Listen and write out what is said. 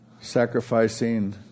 Sacrificing